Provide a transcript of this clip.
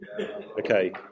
okay